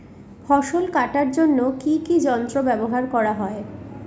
ফসল কাটার জন্য কি কি যন্ত্র ব্যাবহার করা হয়?